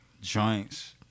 joints